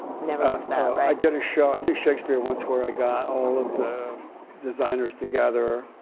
never works out. i did a show i did a shakespeare once where i got all of the designers together.